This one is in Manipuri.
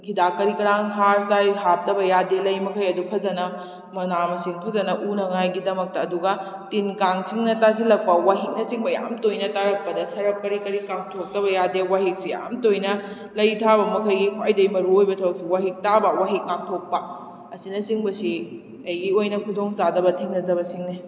ꯍꯤꯗꯥꯛ ꯀꯔꯤ ꯀꯔꯥꯡ ꯍꯥꯔ ꯆꯥꯏ ꯍꯥꯞꯄꯕ ꯌꯥꯗꯦ ꯂꯩ ꯃꯈꯩ ꯑꯗꯨ ꯐꯖꯅ ꯃꯅꯥ ꯃꯁꯤꯡ ꯐꯖꯅ ꯎꯅꯉꯥꯏꯒꯤꯗꯃꯛꯇ ꯑꯗꯨꯒ ꯇꯤꯟ ꯀꯥꯡꯁꯤꯡꯅ ꯇꯥꯁꯤꯜꯂꯛꯄ ꯋꯥꯍꯤꯛꯅ ꯆꯤꯡꯕ ꯌꯥꯃ ꯇꯣꯏꯅ ꯇꯥꯔꯛꯄꯗ ꯁꯔꯞ ꯀꯔꯤ ꯀꯔꯤ ꯀꯥꯝꯊꯣꯛꯇꯕ ꯌꯥꯗꯦ ꯋꯥꯍꯤꯛꯁꯤ ꯌꯥꯝ ꯇꯣꯏꯅ ꯂꯩ ꯊꯥꯕ ꯃꯈꯣꯏꯒꯤ ꯈ꯭ꯋꯥꯏꯗꯩ ꯃꯔꯨ ꯑꯣꯏꯕ ꯊꯕꯛꯁꯤ ꯋꯥꯍꯤꯛ ꯇꯕꯥ ꯋꯥꯍꯤꯛ ꯉꯥꯛꯊꯣꯛꯄ ꯑꯁꯤꯅ ꯆꯤꯡꯕꯁꯤ ꯑꯩꯒꯤ ꯑꯣꯏꯅ ꯈꯨꯗꯣꯡ ꯆꯥꯗꯕ ꯊꯦꯡꯅꯖꯕꯁꯤꯡꯅꯤ